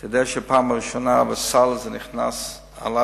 אתה יודע שפעם ראשונה זה נכנס לסל,